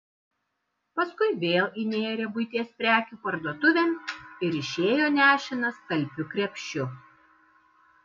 paskui vėl įnėrė buities prekių parduotuvėn ir išėjo nešinas talpiu krepšiu